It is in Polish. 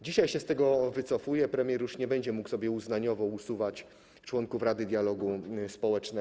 Dzisiaj się z tego wycofuje, premier już nie będzie mógł sobie uznaniowo usuwać członków Rady Dialogu Społecznego.